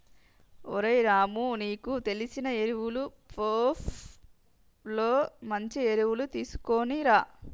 ఓరై రాము నీకు తెలిసిన ఎరువులు షోప్ లో మంచి ఎరువులు తీసుకునిరా